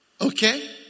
Okay